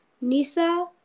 Nisa